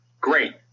great